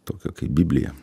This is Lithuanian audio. tokio kaip biblija